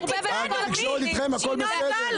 התקשורת אתכם, הכול בסדר.